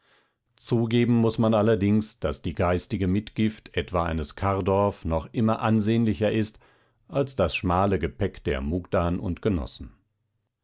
zugeben muß man allerdings daß die geistige mitgift etwa eines kardorff noch immer ansehnlicher ist als das schmale gepäck der mugdan und genossen